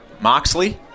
Moxley